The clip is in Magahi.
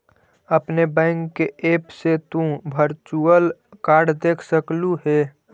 अपने बैंक के ऐप से तु वर्चुअल कार्ड देख सकलू हे